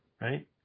Right